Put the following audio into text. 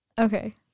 Okay